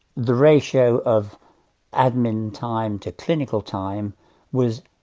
the ratio of admin time to clinical time was,